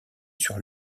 sur